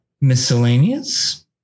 Miscellaneous